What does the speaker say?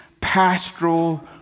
pastoral